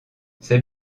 c’est